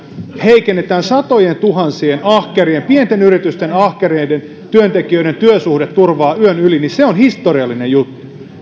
heikennetään satojentuhansien pienten yritysten ahkerien työntekijöiden työsuhdeturvaa niin se on historiallinen juttu